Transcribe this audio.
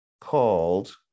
called